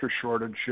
shortage